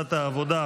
קבוצת סיעת העבודה,